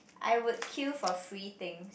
I would queue for free things